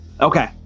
Okay